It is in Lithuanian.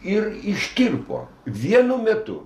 ir ištirpo vienu metu